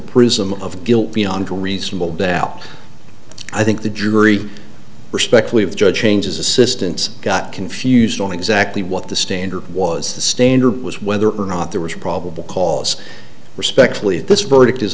prism of guilt beyond a reasonable doubt i think the jury respectfully of the judge changes assistants got confused on exactly what the standard was the standard was whether or not there was probable cause respectfully if this verdict is